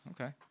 Okay